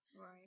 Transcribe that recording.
Right